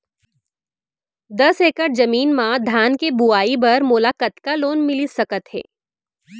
दस एकड़ जमीन मा धान के बुआई बर मोला कतका लोन मिलिस सकत हे?